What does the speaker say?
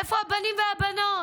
איפה הבנים והבנות?